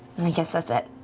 then i guess that's it.